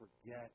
forget